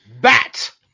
Bat